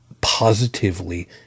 positively